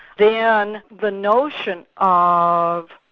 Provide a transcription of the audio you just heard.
then the notion ah of